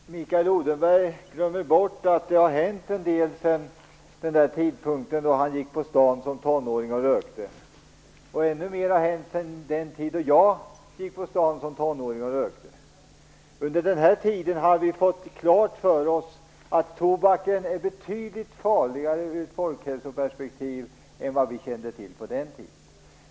Herr talman! Mikael Odenberg glömmer bort att det har hänt en del sedan den tiden då han som tonåring gick runt på stan och rökte, och ännu mer har hänt sedan den tid då jag som tonåring gick runt på stan och rökte. Under den här tiden har vi fått klart för oss att tobaken är betydligt farligare ur folkhälsoperspektiv än vad vi kände till på den tiden.